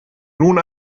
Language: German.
nun